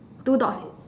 two dogs